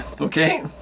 Okay